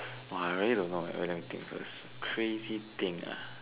orh I really don't know leh wait let me think first crazy thing ah